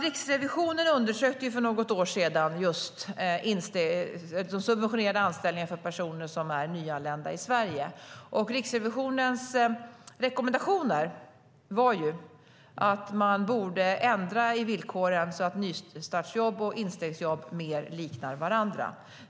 Riksrevisionen undersökte för något år sedan just de subventionerade anställningarna för personer som är nyanlända i Sverige. Riksrevisionens rekommendationer var ju att man borde ändra villkoren så att nystartsjobb och instegsjobb mer liknar varandra.